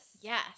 Yes